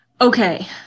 okay